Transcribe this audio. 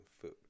food